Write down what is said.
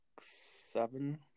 seven